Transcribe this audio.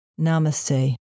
Namaste